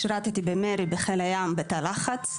שירתי במר"י בחיל הים בתא לחץ.